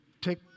take